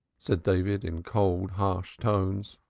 said david in cold, harsh tones.